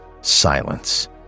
silence